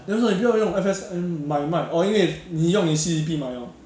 then 为什么你不要用 F_S_N 买卖 orh 因为你用你的 C_D_P 买 hor